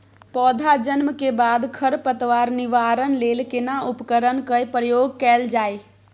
पौधा जन्म के बाद खर पतवार निवारण लेल केना उपकरण कय प्रयोग कैल जाय?